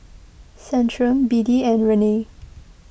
Centrum B D and Rene